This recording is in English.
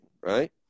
Right